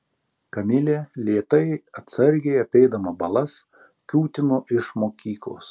kamilė lėtai atsargiai apeidama balas kiūtino iš mokyklos